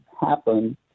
happen